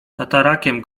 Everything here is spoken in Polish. tatarakiem